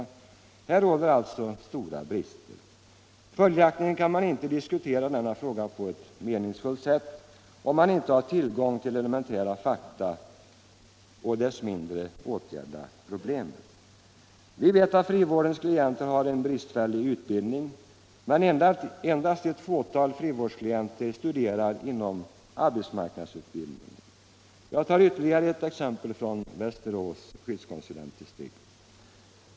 Här råder alltså stora brister. Följaktligen kan man inte diskutera denna fråga på ett meningsfullt sätt, om man inte har tillgång till elementära fakta, än mindre åtgärda problemet. Vi vet att frivårdens klienter har en bristfällig utbildning, men endast ett fåtal frivårdsklienter studerar inom arbetsmarknadsutbildningen. Jag tar ytterligare ett exempel från Västerås skyddskonsulentdistrikt.